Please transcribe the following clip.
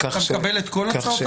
אתה מקבל את כל הצעותיו?